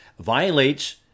violates